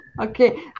Okay